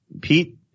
Pete